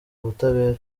butabera